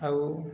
ଆଉ